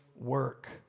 work